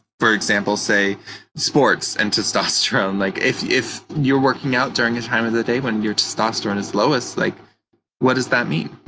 for example, sports and testosterone. like, if if you're working out during a time of the day when your testosterone is lowest, like what does that mean?